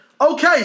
Okay